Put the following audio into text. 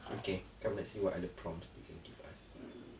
okay come let's see what other prompts they can give us